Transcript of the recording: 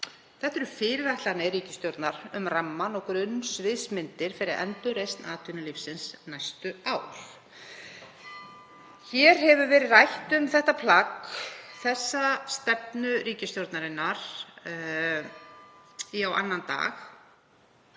Þetta eru fyrirætlanir ríkisstjórnar um rammann og grunnsviðsmyndir fyrir endurreisn atvinnulífsins næstu ár. Hér hefur verið rætt um þetta plagg, þessa stefnu ríkisstjórnarinnar, í á annan dag